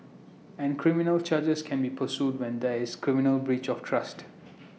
and criminal charges can be pursued when there is criminal breach of trust